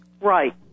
Right